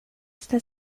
está